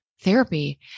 therapy